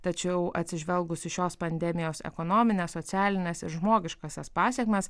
tačiau atsižvelgus į šios pandemijos ekonomines socialines ir žmogiškąsias pasekmes